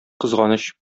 кызганыч